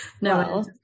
No